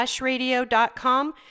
radio.com